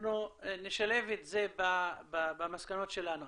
אנחנו נשלב את זה במסקנות שלנו.